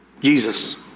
Jesus